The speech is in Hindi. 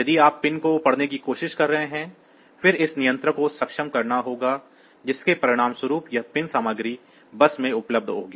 यदि आप पिन को पढ़ने की कोशिश कर रहे हैं फिर इस नियंत्रण को सक्षम करना होगा जिसके परिणामस्वरूप यह पिन सामग्री बस में उपलब्ध होगी